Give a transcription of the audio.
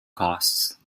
costs